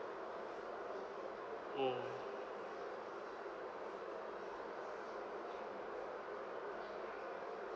mm